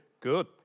good